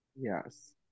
Yes